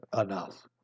enough